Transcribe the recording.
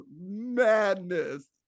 madness